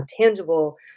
tangible